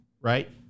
right